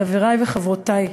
חברי וחברותי,